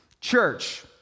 church